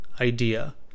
idea